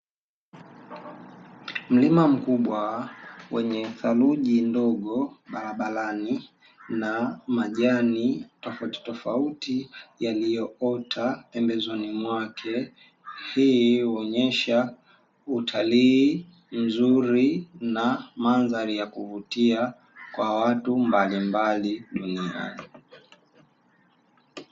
Mlima mkubwa wenye saruji ndogo barabarani na majani tofautitofauti yaliyoota pembeni mwake hii huonyesha utalii mzuri na mandhari ya kuvutia kwa watu mbalimbali duniani.